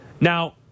Now